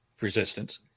resistance